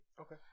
Okay